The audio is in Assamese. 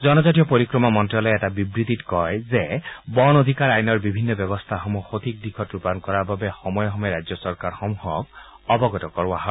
জনজাতীয় পৰিক্ৰমা মন্ত্যালয়ে এটা বিবৃতিত কয় যে বন অধিকাৰ আইনৰ বিভিন্ন ব্যৱস্থাসমূহ সঠিক দিশত ৰূপায়ণ কৰাৰ বাবে সময়ে সময়ে ৰাজ্য চৰকাৰসমূহক অৱগত কৰোৱা হয়